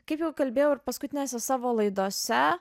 kaip jau kalbėjau ir paskutinėse savo laidose